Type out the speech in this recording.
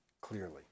clearly